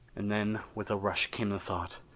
and then with a rush came the thought,